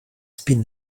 spit